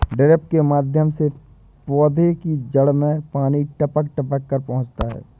drip के माध्यम से पौधे की जड़ में पानी टपक टपक कर पहुँचता है